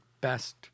best